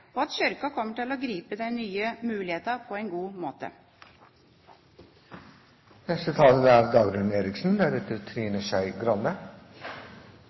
og at Kirka kommer til å gripe de nye mulighetene på en god måte. Tros- og livssynsfrihet er,